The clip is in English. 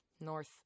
North